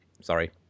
Sorry